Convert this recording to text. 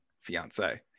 Fiance